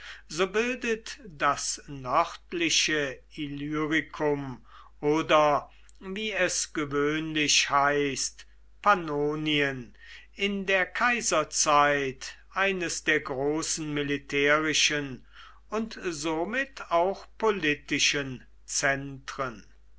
so bildet das nördliche illyricum oder wie es gewöhnlich heißt pannonien in der kaiserzeit eines der großen militärischen und somit auch politischen